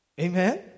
Amen